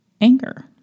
anger